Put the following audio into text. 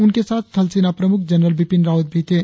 उनके साथ थल सेना प्रमुख जनरल बिपिन रावत भी थे